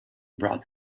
brought